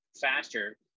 faster